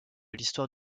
l’histoire